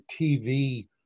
TV